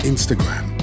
Instagram